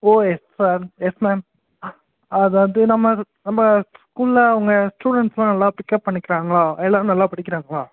ஓ yes sir yes ma'am அதாவது நம்ம நம்ம ஸ்கூலில் அவங்க ஸ்டூடெண்ட்ஸெலாம் நல்லா பிக்கப் பண்ணிக்கிறாங்களா எல்லாேரும் நல்லா படிக்கிறாங்களா